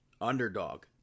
underdog